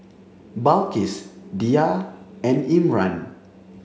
Balqis Dhia and Imran